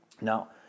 Now